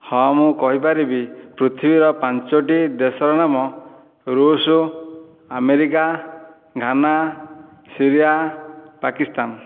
ହଁ ମୁଁ କହିପାରିବି ପୃଥିବୀର ପାଞ୍ଚୋଟି ଦେଶର ନାମ ରୁଷ ଆମେରିକା ଘାନା ସାଇରିଆ ପାକିସ୍ତାନ